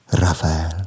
Raphael